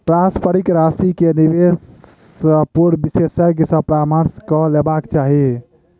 पारस्परिक राशि के निवेश से पूर्व विशेषज्ञ सॅ परामर्श कअ लेबाक चाही